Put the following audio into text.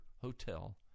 hotel